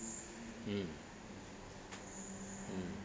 mm mm